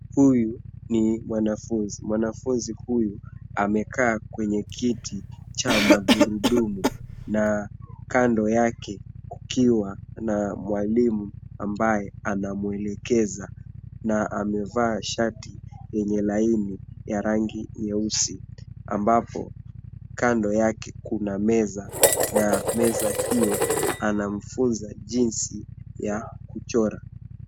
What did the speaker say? Huyu ni mwanafunzi. Mwanafunzi huyu amekaa kwenye kiti cha magurudumu na kando yake kukiwa na mwalimu ambaye anamuelekeza na amevaa shati yenye laini ya rangi nyeusi ambapo kando yake kuna meza na meza hiyo anamfunza jinsi ya kuchora.